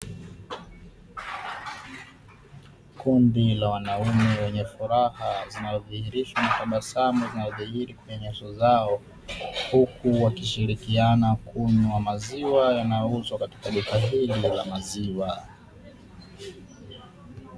Kundi la wanaume wenye furaha zinazodhihirishwa na nyuso zao huku wakishirikiana kunywa maziwa yanayouzwa katika duka hili la maziwa.